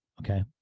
okay